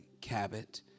Cabot